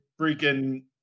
freaking –